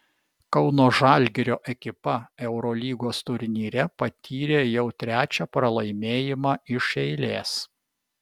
kauno žalgirio ekipa eurolygos turnyre patyrė jau trečią pralaimėjimą iš eilės